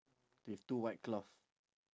with two white cloth